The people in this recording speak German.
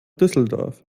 düsseldorf